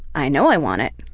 i know i want it,